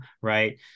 Right